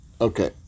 Okay